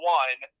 one